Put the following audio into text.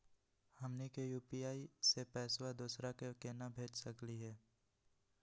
हमनी के यू.पी.आई स पैसवा दोसरा क केना भेज सकली हे?